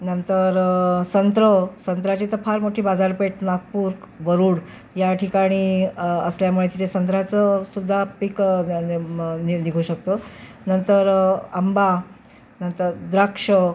नंतर संत्र संत्र्याची तर फार मोठी बाजारपेठ नागपूर बरुड या ठिकाणी असल्यामुळे तिथे संत्र्याचं सुद्धा पिकं नि निघू शकतं नंतर आंबा नंतर द्राक्ष